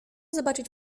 zobaczyć